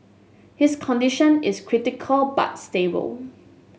his condition is critical but stable